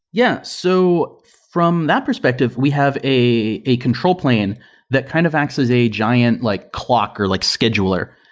yeah. so from that perspective, we have a a control plane that kind of acts as a giant like clock or like scheduler,